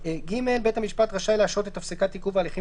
(ג)בית המשפט רשאי להשהות את הפסקת עיכוב ההליכים